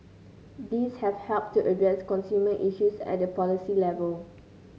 these have helped to address consumer issues at the policy level